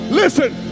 listen